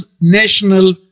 national